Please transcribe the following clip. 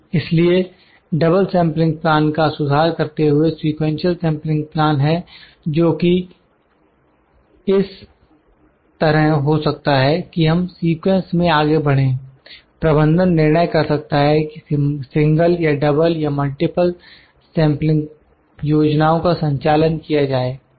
इसलिए double sampling plan का सुधार करते हुए सीक्वेंशियल सेंपलिंग प्लान है जो कि इस तरह हो सकता है कि हम सीक्वेंस में आगे बढ़े प्रबंधन निर्णय कर सकता है कि सिंगल या डबल या मल्टीपल सेंपलिंग योजनाओं का संचालन किया जाए